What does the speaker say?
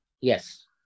Yes